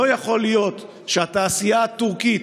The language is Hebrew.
לא יכול להיות שהתעשייה הטורקית,